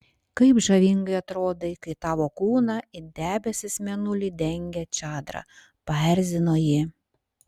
kaip žavingai atrodai kai tavo kūną it debesis mėnulį dengia čadra paerzino ji